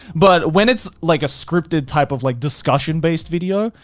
but when it's like a scripted type of like, discussion-based video,